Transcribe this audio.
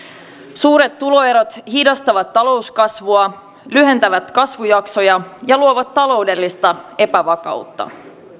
suuret tuloerot hidastavat talouskasvua lyhentävät kasvujaksoja ja luovat taloudellista epävakautta